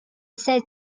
said